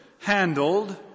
handled